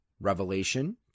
Revelation